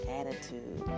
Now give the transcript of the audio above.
attitude